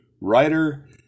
writer